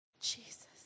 Jesus